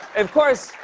of course,